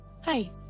Hi